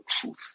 truth